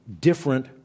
different